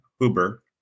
Huber